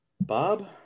Bob